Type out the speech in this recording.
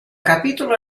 capitolo